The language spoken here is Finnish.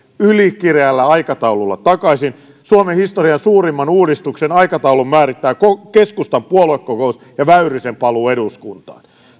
ylikireällä aikataululla suomen historian suurimman uudistuksen aikataulun määrittää keskustan puoluekokous ja väyrysen paluu eduskuntaan